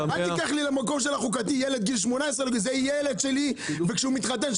אותי למקום החוקתי שילד עד גיל 18. זה ילד שלי וכשהוא מתחתן,